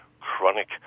chronic